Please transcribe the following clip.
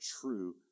true